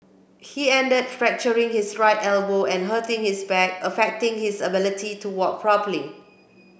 he ended fracturing his right elbow and hurting his back affecting his ability to walk properly